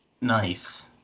Nice